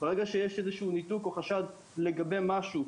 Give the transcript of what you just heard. ברגע שיש איזשהו ניתוק או חשד לגבי משהו,